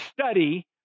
study